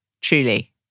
truly